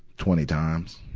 twenty times.